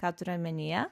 ką turiu omenyje